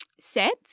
Sets